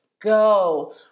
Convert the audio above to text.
Go